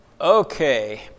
Okay